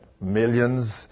millions